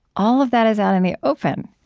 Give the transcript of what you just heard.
all of that is out in the open